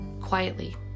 quietly